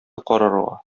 карарга